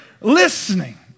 listening